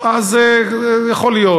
יכול להיות,